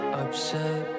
upset